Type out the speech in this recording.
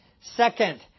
Second